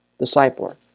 discipler